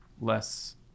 less